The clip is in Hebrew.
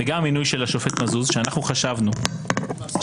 וגם המינוי של השופט מזוז שאנחנו חשבנו שמבחנים,